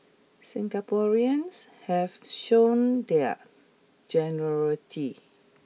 Singaporeans have shown their generosity